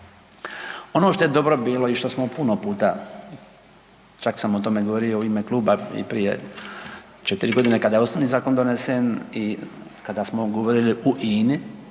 Ono što je dobro bilo i što smo u puno puta, čak sam o tome govorio u ime kluba i prije 4.g. kada je osnovni zakon donesen i kada smo govorili u INA-i,